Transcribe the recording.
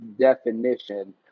definition